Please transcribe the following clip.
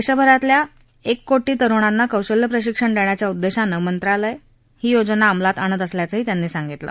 देशभरातल्या एक कोटी तरुणांना कौशल्य प्रशिक्षण देण्याच्या उद्देशानं मंत्रालय ही योजना अंमलात आणत असल्याचंही त्यांनी सांगितलं